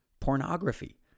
pornography